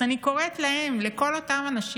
אז אני קוראת להם, לכל אותם אנשים,